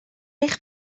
eich